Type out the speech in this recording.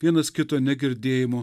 vienas kito negirdėjimo